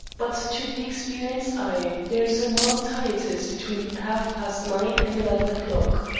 but to the experienced eye there is a marked hiatus between half-past nine and eleven o'clock.